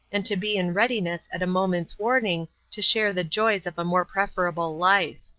and to be in readiness at a moment's warning to share the joys of a more preferable life.